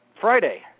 Friday